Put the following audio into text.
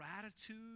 gratitude